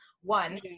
One